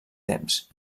temps